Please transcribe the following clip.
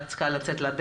היא רק צריכה לצאת לדרך.